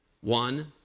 One